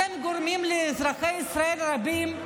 אתם גורמים לאזרחי ישראל רבים,